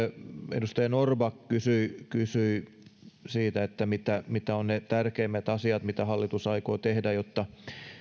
edustaja norrback kysyi kysyi siitä mitä mitä ovat ne tärkeimmät asiat mitä hallitus aikoo tehdä jotta